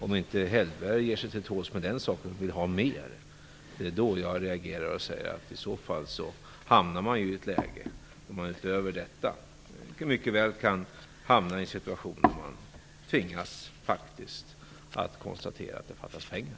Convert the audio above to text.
Om inte Owe Hellberg ger sig till tåls med det, utan vill ha mer, måste jag reagera och säga att man hamnar i ett läge där man utöver detta mycket väl kan hamna i en situation där man tvingas konstatera att det fattas pengar.